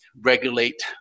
regulate